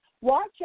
Watch